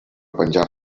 penjar